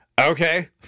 Okay